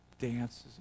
Dances